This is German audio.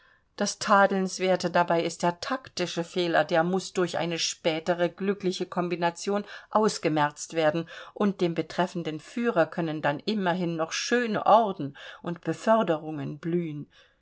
das tadelnswerte dabei ist der taktische fehler der muß durch eine spätere glückliche kombination ausgemerzt werden und dem betreffenden führer können dann immerhin noch schöne orden und beförderungen blühen